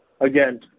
again